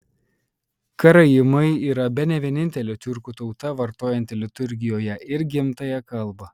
karaimai yra bene vienintelė tiurkų tauta vartojanti liturgijoje ir gimtąją kalbą